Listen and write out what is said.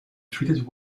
treated